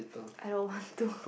I don't want to